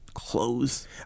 Clothes